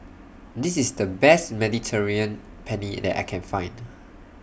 This IS The Best Mediterranean Penne that I Can Find